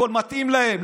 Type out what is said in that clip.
הכול מתאים להם.